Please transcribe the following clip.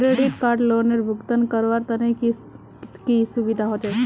Credit card लोनेर भुगतान करवार तने की की सुविधा होचे??